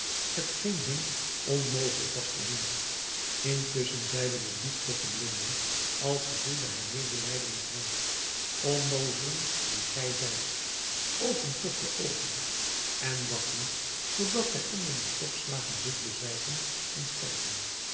t geen hun onmogelijk was te doen intusschen zeide de dief tot de blinden als gevoelde hij medelijden met hen onnoozelen die gij zijt opent toch de oogen en wacht niet totdat gij onder de stokslagen zult bezwijken en sterven